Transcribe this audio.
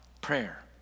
prayer